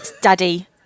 Daddy